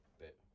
bit